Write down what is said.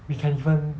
we can even